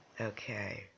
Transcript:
Okay